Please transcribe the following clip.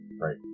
right